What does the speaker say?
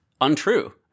untrue